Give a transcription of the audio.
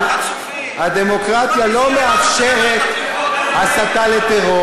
חצופים, כל מי שלא מוצא חן בעיניכם, תחליפו אותו.